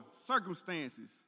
circumstances